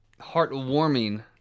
heartwarming